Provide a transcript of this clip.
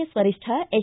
S ವರಿಷ್ಠ H